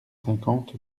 cinquante